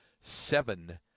seven